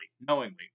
knowingly